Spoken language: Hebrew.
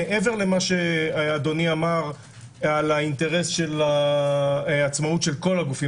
זה מעבר למה שאדוני אמר על האינטרס של העצמאות של כל הגופים